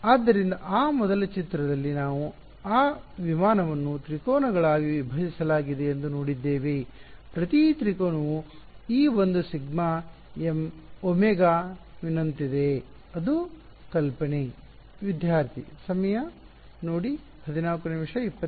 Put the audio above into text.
ಆದ್ದರಿಂದ ಆ ಮೊದಲ ಚಿತ್ರದಲ್ಲಿ ನಾವು ಆ ವಿಮಾನವನ್ನು ತ್ರಿಕೋನಗಳಾಗಿ ವಿಭಜಿಸಲಾಗಿದೆ ಎಂದು ನೋಡಿದ್ದೇವೆ ಪ್ರತಿ ತ್ರಿಕೋನವು ಈ ಒಂದು ಸಿಗ್ಮಾ ಎಂ ಒಮೆಗಾ ಎಮ್ ನಂತಿದೆ ಅದು ಕಲ್ಪನೆ